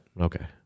Okay